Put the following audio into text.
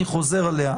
אני חוזר עליה.